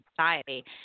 society